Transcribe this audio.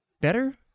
better